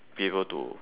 be able to